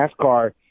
NASCAR